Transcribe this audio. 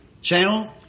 channel